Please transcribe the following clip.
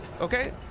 Okay